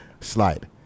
Slide